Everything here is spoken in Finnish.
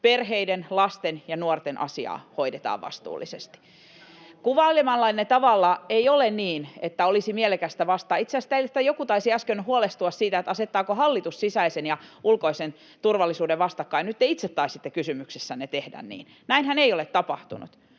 perheiden, lasten ja nuorten asiaa hoidetaan vastuullisesti. [Ben Zyskowicz: Nehän ovat kunnossa!] Kuvailemallanne tavalla ei ole niin, että olisi mielekästä... Itse asiassa joku taisi äsken huolestua siitä, asettaako hallitus sisäisen ja ulkoisen turvallisuuden vastakkain — nyt te itse taisitte kysymyksessänne tehdä niin. Näinhän ei ole tapahtunut.